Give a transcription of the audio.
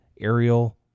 Aerial